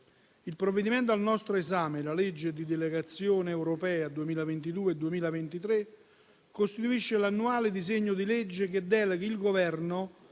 Il provvedimento al nostro esame, la legge di delegazione europea 2022-2023, costituisce l'annuale disegno di legge che delega il Governo